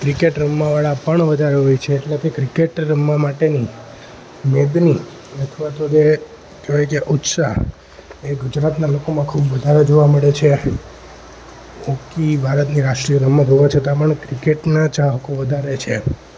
cricket રમવાવાળા પણ વધારે હોય છે એટલે કે ક્રિકેટ રમવા માટેનું મેદની અથવા તો જે કહેવાય કે ઉત્સાહ એ ગુજરાતના લોકોમાં ખૂબ વધારે જોવા મળે છે હોકી ભારતની રાષ્ટ્રીય રમત હોવા છતાં પણ ક્રિકેટના ચાહકો વધારે છે